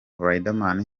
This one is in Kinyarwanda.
riderman